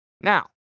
Now